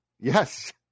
yes